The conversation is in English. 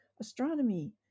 Astronomy